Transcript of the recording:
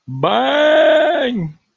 Bang